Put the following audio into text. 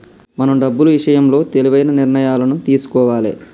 మనం డబ్బులు ఇషయంలో తెలివైన నిర్ణయాలను తీసుకోవాలే